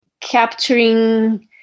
capturing